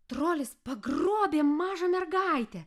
trolis pagrobė mažą mergaitę